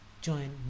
join